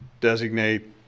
designate